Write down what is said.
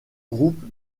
groupe